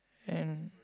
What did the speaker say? and